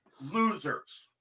losers